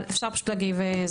אבל אפשר פשוט להגיב.